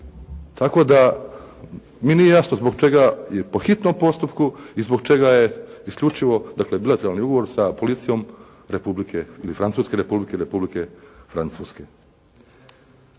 Tako da mi nije jasno zbog čega je po hitnom postupku i zbog čega je isključivo dakle bilateralni ugovor sa policijom Republike ili Francuske Republike ili Republike Francuske.